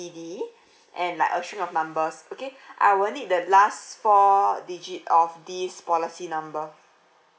D and like a string of numbers okay I will need the last four digit of this policy number